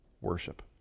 worship